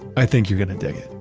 i think you're going to dig it.